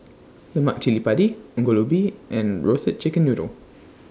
Lemak Cili Padi Ongol Ubi and Roasted Chicken Noodle